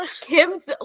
Kim's